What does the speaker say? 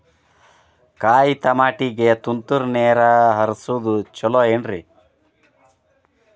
ಕಾಯಿತಮಾಟಿಗ ತುಂತುರ್ ನೇರ್ ಹರಿಸೋದು ಛಲೋ ಏನ್ರಿ?